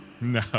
No